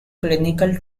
clinical